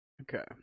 okay